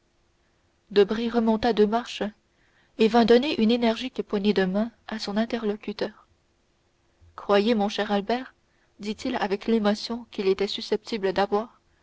debray remonta deux marches et vint donner une énergique poignée de main à son interlocuteur croyez mon cher albert dit-il avec l'émotion qu'il était susceptible d'avoir